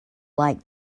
like